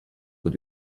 und